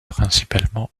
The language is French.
principalement